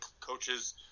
coaches